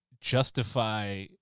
justify